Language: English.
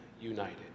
united